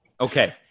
okay